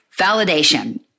Validation